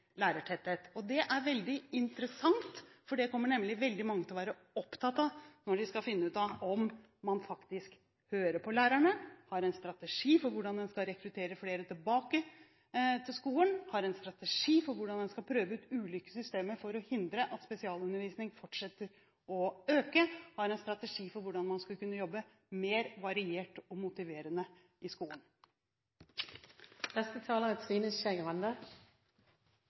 lærertetthet. Det er veldig interessant. Det kommer nemlig veldig mange til å være opptatt av når de skal finne ut av om man faktisk hører på lærerne, har en strategi for hvordan man skal rekruttere flere tilbake til skolen, har en strategi for hvordan man skal prøve ut ulike systemer for å hindre en fortsatt økning i spesialundervisningen, har en strategi for hvordan man skal kunne jobbe mer variert og motiverende i skolen. På veien ned fra talerstolen sa statsråden at dette tar sin tid. Ja, det er